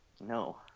No